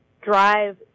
drive